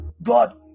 God